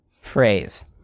phrase